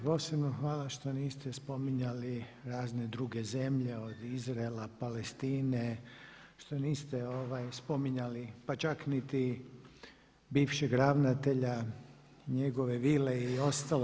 Posebno hvala što niste spominjali razne druge zemlje od Izraela, Palestine, što niste spominjali pa čak niti bivšeg ravnatelja, njegove vile i ostalo.